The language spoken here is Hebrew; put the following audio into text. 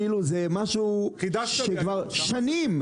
זה משהו שהוא כבר שנים.